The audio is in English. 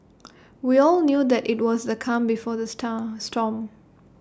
we all knew that IT was the calm before the star storm